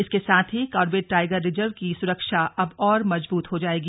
इसके साथ ही कॉर्बेट टाइगर रिजर्व की सुरक्षा अब और मजबूत हो जायेगी